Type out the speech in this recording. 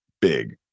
big